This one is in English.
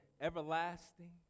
everlasting